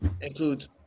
includes